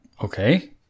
okay